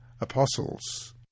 apostles